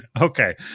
Okay